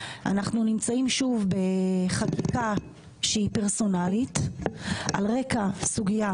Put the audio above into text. אנחנו נמצאים שוב בחקיקה שהיא פרסונלית על רקע סוגייה